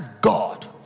God